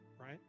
right